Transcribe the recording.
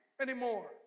anymore